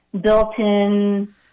built-in